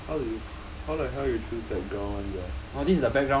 how do you how the hell you choose background [one] sia